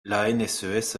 l’anses